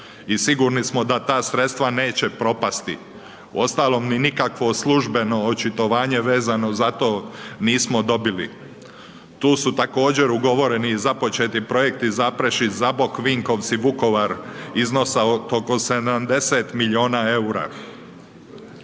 i sigurni smo da ta sredstva neće propasti, uostalom ni nikakvo službeno očitovanje vezano za to nismo dobili. Tu su također ugovoreni i započeti projekti Zaprešić-Zabok, Vinkovci-Vukovar iznosa oko 70 milijuna EUR-a.